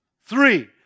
Three